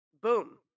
boom